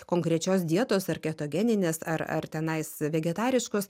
konkrečios dietos ar ketogeninės ar ar tenais vegetariškos